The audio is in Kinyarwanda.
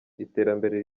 iterambere